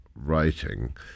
writing